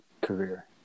career